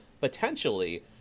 potentially